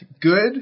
good